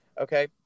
Okay